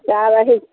चारहि